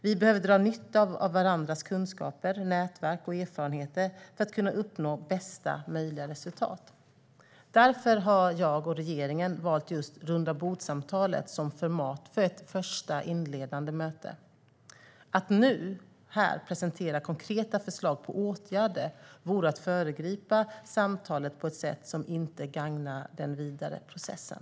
Vi behöver dra nytta av varandras kunskaper, nätverk och erfarenheter för att kunna uppnå bästa möjliga resultat. Därför har jag och regeringen valt just rundabordssamtalet som format för ett inledande möte. Att nu presentera konkreta förslag på åtgärder vore att föregripa samtalet på ett sätt som inte gagnar den vidare processen.